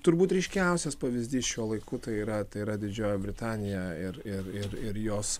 turbūt ryškiausias pavyzdys šiuo laiku tai yra tai yra didžioji britanija ir ir ir ir jos